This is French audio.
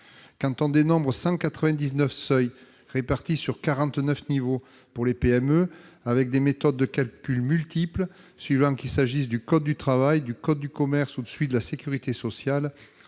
Quand on dénombre 199 seuils répartis sur 49 niveaux pour les PME, avec des méthodes de calcul multiples suivant qu'il s'agisse du code du travail, du code de commerce ou du code de la sécurité sociale,